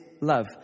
love